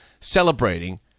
celebrating